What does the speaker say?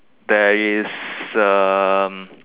there is um